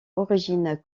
origine